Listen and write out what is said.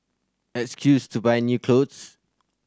excuse to buy new clothes